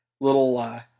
little